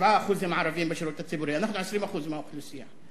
אנחנו 20% מהאוכלוסייה.